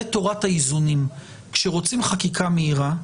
זו תורת האיזונים, כשרוצים חקיקה מהירה.